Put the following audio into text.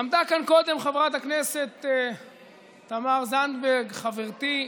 עמדה כאן קודם חברת הכנסת תמר זנדברג, חברתי.